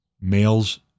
males